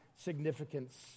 significance